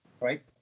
right